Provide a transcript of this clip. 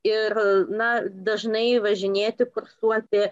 ir na dažnai važinėti kursuoti